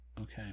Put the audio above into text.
okay